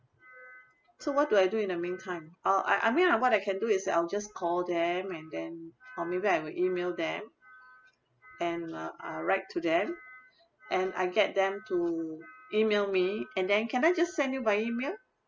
so what do I do in the meantime I'll I I mean I what I can do is that I'll just call them and then or maybe I will email them and uh I write to them and I get them to email me and then can I just send you by email